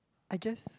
I guess